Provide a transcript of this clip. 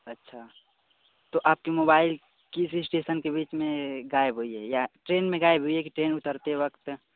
अच्छा तो आपके मोबाईल किस इसटेसन के बीच में गायब हुई है या ट्रेन में गायब हुई है की ट्रेन उतरते वक्त